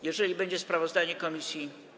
Jeżeli będzie sprawozdanie komisji.